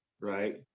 right